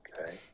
Okay